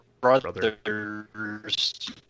brothers